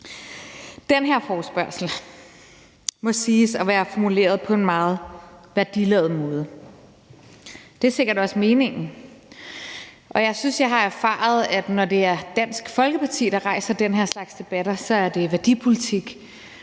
Den her forespørgsel må siges at være formuleret på en meget værdiladet måde. Det er sikkert også meningen, og jeg synes, jeg har erfaret, at når det er Dansk Folkeparti, der rejser den her slags debatter, så er det værdipolitik,